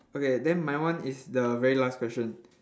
okay then my one is the very last question